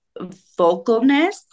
vocalness